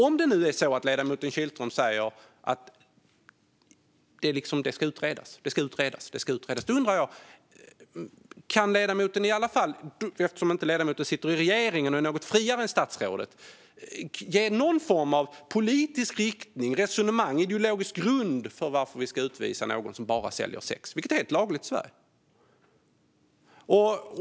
Om det är så att ledamoten Kihlström säger att det ska utredas, det ska utredas, det ska utredas undrar jag: Kan ledamoten - eftersom han inte sitter i regeringen och därför är något friare än statsrådet - ange någon form av politisk riktning, resonemang eller ideologisk grund för att utvisa någon som bara säljer sex, vilket är helt lagligt i Sverige?